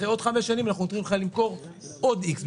אחרי עוד 5 שנים אנחנו נותנים לך למכור עוד איקס,